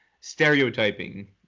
stereotyping